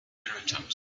irritant